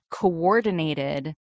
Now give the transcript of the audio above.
coordinated